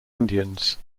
indians